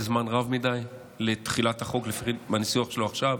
זה זמן רב מדי לתחילת החוק בניסוח שלו עכשיו.